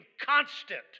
constant